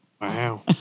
Wow